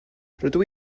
rydw